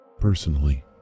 personally